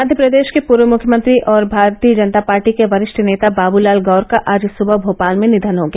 मध्यप्रदेश के पूर्व मुख्यमंत्री और भारतीय जनता पार्टी के वरिष्ठ नेता बाबूलाल गौर का आज सुबह भोपाल में निधन हो गया